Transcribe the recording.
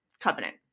covenant